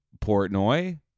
Portnoy